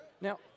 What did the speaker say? Now